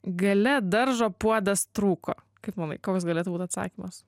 gale daržo puodas trūko kaip manai koks galėtų būt atsakymas